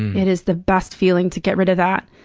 it is the best feeling to get rid of that.